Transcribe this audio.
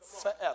forever